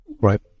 right